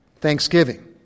thanksgiving